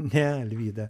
ne alvyda